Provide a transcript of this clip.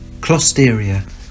Closteria